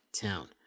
town